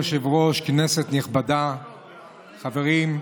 אדוני היושב-ראש, כנסת נכבדה, חברים,